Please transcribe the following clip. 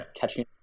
catching